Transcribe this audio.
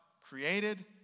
created